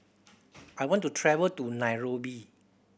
I want to travel to Nairobi